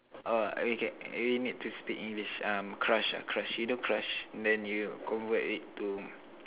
oh okay you need to speak English um crush ah crush you know crush then you convert it to